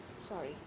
sorry